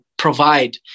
provide